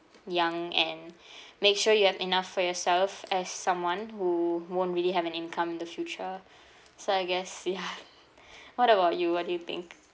young and make sure you have enough for yourself as someone who won't really have an income in the future so I guess ya what about you what do you think